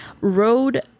Road